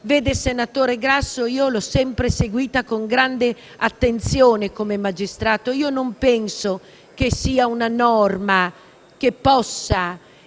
vede, senatore Grasso, l'ho sempre seguita con grande attenzione come magistrato, ma non penso sia una norma a poter